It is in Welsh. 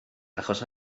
achos